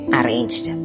arranged